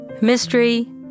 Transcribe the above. Mystery